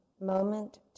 moment